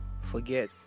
forget